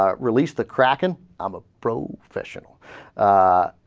ah released the crackin um ah prone fashion ah.